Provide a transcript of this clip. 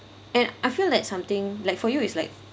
and I feel like something like for you it's like